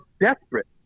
desperate